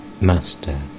Master